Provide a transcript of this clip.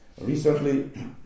Recently